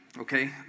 Okay